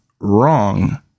wrong